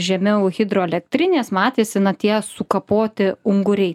žemiau hidroelektrinės matėsi na tie sukapoti unguriai